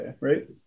right